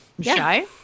Shy